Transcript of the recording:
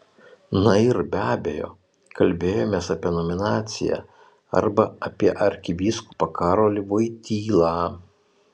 na ir be abejo kalbėjomės apie nominaciją arba apie arkivyskupą karolį voitylą